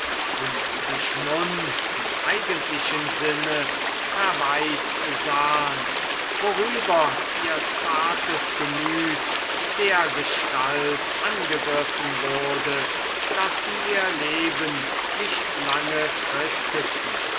und sich nun im eigentlichen sinne verwaist sahen worüber ihr zartes gemüt dergestalt angegriffen wurde daß sie ihr leben nicht lange fristeten